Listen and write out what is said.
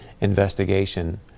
investigation